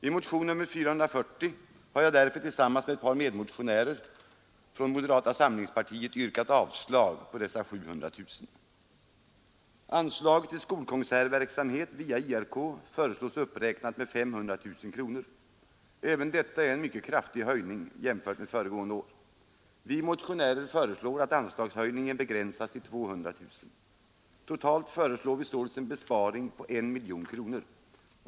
I motionen 440 har jag därför tillsammans med ett par medmotionärer från moderata samlingspartiet yrkat avslag på dessa 700 000 kronor. Anslaget till skolkonsertverksamhet via IRK föreslås uppräknat med 500 000 kronor. Även detta är en mycket kraftig ökning jämfört med föregående år. Vi motionärer föreslår att anslagshöjningen begränsas till 200 000 kronor. Totalt föreslår vi således en besparing på 1 miljon kronor.